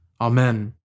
Amen